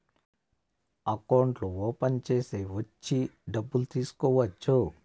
అకౌంట్లు ఓపెన్ చేసి వచ్చి డబ్బులు తీసుకోవచ్చు